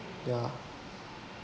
ya